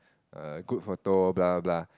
a good photo blah blah blah